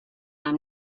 i’m